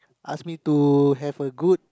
ask me to have a good